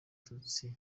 abatutsi